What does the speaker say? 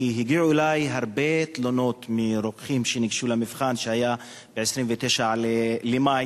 כי הגיעו אלי הרבה תלונות מרוקחים שניגשו למבחן שהיה ב-29 במאי